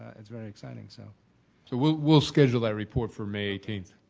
it's very exciting, so. so we'll we'll schedule that report for may eighteenth.